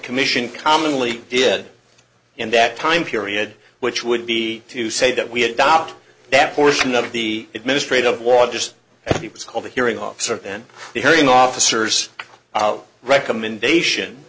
commission commonly did in that time period which would be to say that we adopt that portion of the administrative walk just was called a hearing officer then the hearing officers recommendation